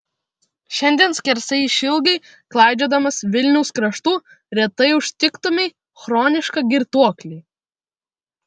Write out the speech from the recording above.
šiandien skersai išilgai klaidžiodamas vilniaus kraštu retai užtiktumei chronišką girtuoklį